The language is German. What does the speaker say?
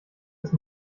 ist